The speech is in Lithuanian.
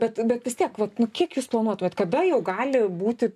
bet bet vis tiek vat nu kiek jūs planuotumėt kada jau gali būti